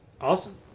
Awesome